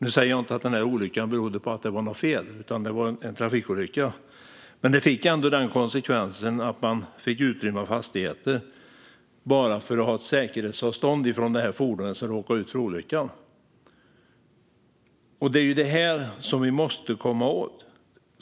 Nu säger jag inte att olyckan berodde på något fel. Det var en trafikolycka. Men det fick konsekvensen att man fick utrymma fastigheter för att ha ett säkerhetsavstånd till det olycksdrabbade fordonet.